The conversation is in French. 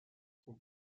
son